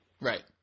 Right